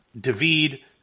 David